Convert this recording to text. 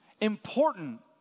important